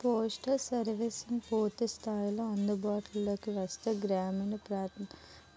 postal services పూర్తి స్థాయిలో అందుబాటులోకి వస్తే గ్రామీణ